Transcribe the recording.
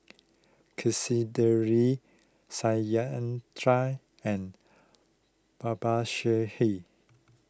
Satyendra and Babasaheb